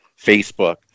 facebook